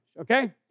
okay